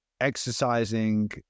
exercising